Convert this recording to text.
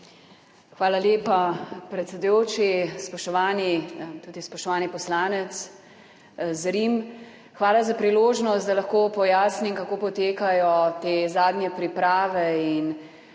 Hvala lepa, predsedujoči. Spoštovani! Spoštovani poslanec Zrim, hvala za priložnost, da lahko pojasnim, kako potekajo zadnje priprave in